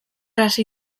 hasi